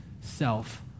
self